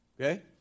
Okay